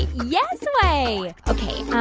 yes way. ok.